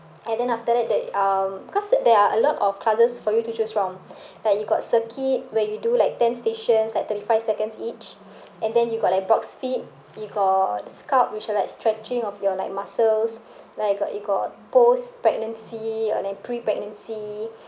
and then after that there um because there are a lot of classes for you to choose from like you got circuit where you do like ten stations like thirty five seconds each and then you got like boxfit you got sculpt which are like stretching of your like muscles like you got you got post pregnancy or like pre pregnancy